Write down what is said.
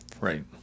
Right